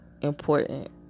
important